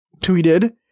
tweeted